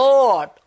Lord